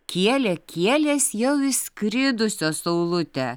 kielė kielės jau išskridusios saulute